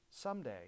someday